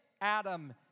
Adam